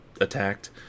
attacked